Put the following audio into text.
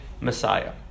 Messiah